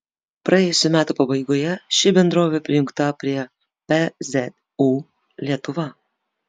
praėjusių metų pabaigoje ši bendrovė prijungta prie pzu lietuva